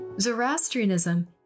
Zoroastrianism